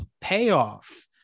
payoff